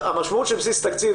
המשמעות של בסיס תקציב,